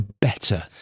better